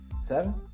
Seven